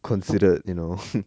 considered you know